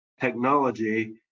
technology